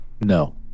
No